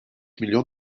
milyon